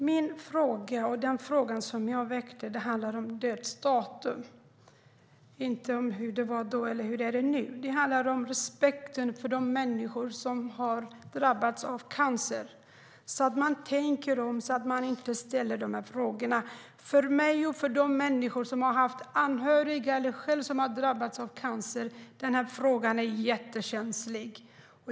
Fru talman! Min fråga handlade om dödsdatum, inte om hur det var då eller hur det är nu. Det handlar om respekten för de människor som har drabbats av cancer och att man tänker om och inte ställer de frågorna. För mig och för de människor som har haft anhöriga eller som själva har drabbats av cancer är denna fråga jättekänslig.